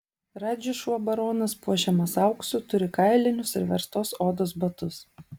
radži šuo baronas puošiamas auksu turi kailinius ir verstos odos batus